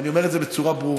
ואני אומר את זה בצורה ברורה,